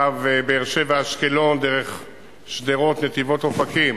קו באר-שבע אשקלון דרך שדרות, נתיבות, אופקים,